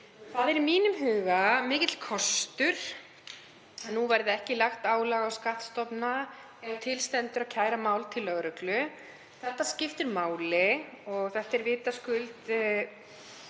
Það er í mínum huga mikill kostur að nú verði ekki lagt álag á skattstofna ef til stendur að kæra mál til lögreglu. Það skiptir máli og það er vitaskuld